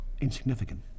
insignificant